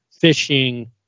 fishing